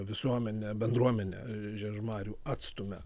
visuomenė bendruomenė žiežmarių atstumia